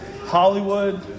Hollywood